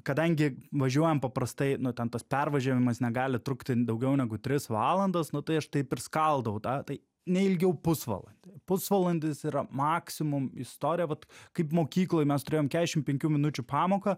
kadangi važiuojam paprastai nu ten tas pervažiavimas negali trukti daugiau negu tris valandas nu tai aš taip ir skaldau tą tai neilgiau pusvalandį pusvalandis yra maksimum istorija vat kaip mokykloj mes turėjome kešim penkių minučių pamoką